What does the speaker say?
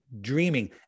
dreaming